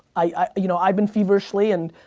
i've you know i've been feverishly, and,